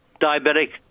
diabetic